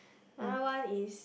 another one is